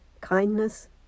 kindness